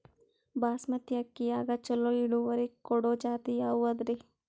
ಬಾಸಮತಿ ಅಕ್ಕಿಯಾಗ ಚಲೋ ಇಳುವರಿ ಕೊಡೊ ಜಾತಿ ಯಾವಾದ್ರಿ?